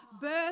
birth